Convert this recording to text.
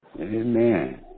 Amen